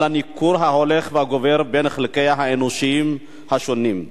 על הניכור ההולך והגובר בין חלקיה האנושיים השונים.